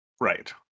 right